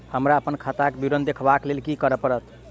हमरा अप्पन खाताक विवरण देखबा लेल की करऽ पड़त?